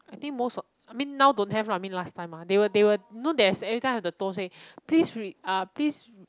I think most of I mean now don't have lah I mean last time lah they will they will know there's every time have the tone say please re~ ah please re~